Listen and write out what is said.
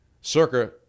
Circa